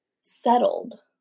settled